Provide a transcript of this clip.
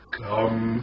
come